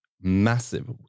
massive